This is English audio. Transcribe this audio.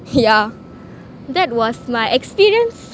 yeah that was my experience